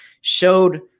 showed –